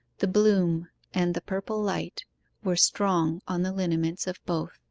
the bloom and the purple light were strong on the lineaments of both.